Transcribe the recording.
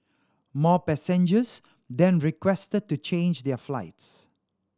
more passengers then requested to change their flights